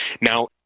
Now